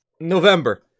November